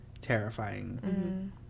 terrifying